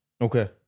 Okay